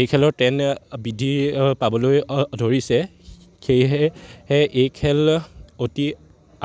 এই খেলৰ টেন বৃদ্ধি পাবলৈ ধৰিছে সেয়েহে হে এই খেল অতি